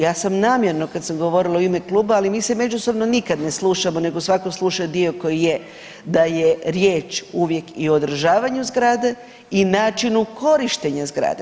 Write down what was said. Ja sam namjerno kad sam govorila u ime kluba, ali mi se međusobno nikad ne slušamo nego svako sluša dio koji je, da je riječ uvijek i o održavanju zgrade i načinu korištenja zgrade.